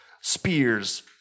spears